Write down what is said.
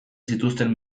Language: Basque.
zituzten